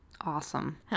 Awesome